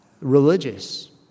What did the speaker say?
religious